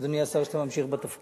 אדוני השר, שאתה ממשיך בתפקיד.